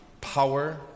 power